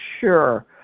sure